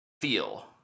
feel